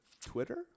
Twitter